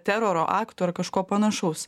teroro aktų ar kažko panašaus